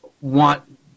want